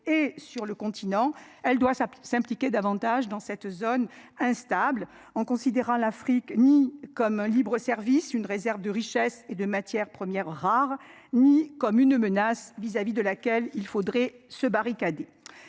et sur le continent. Elle doit s'à s'impliquer davantage dans cette zone instable en considérant l'Afrique ni comme un libre-service une réserve de richesse et de matières premières rares ni comme une menace vis-à-vis de laquelle il faudrait se barricader.